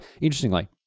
interestingly